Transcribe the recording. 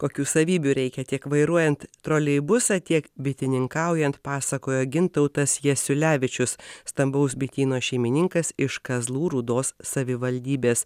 kokių savybių reikia tiek vairuojant troleibusą tiek bitininkaujant pasakojo gintautas jasiulevičius stambaus bityno šeimininkas iš kazlų rūdos savivaldybės